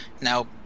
now